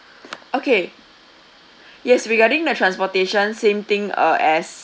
okay yes regarding the transportation same thing uh as